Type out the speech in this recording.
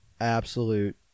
absolute